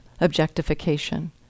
objectification